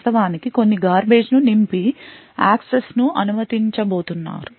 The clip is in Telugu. వాస్తవానికి కొన్ని garbage ను నింపి యాక్సెస్ను అనుమతించబోతున్నారు